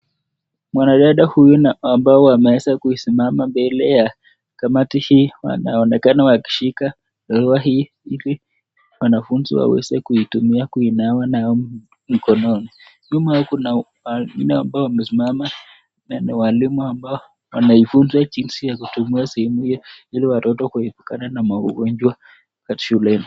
Mwanadada huyu ambao ameweza kusimama mbele ya kamati hii wanaonekana wakishika ndoo hii ili wanafunzi waweze kuitumia kuna nayo mkononi, nyuma yake kuna wengine ambao wamesimama na ni walimu ambao wanaifunza jinsi ya kutumia sehemu ili watoto kuepukana na maugonjwa shuleni.